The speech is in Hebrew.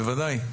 בוודאי.